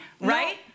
right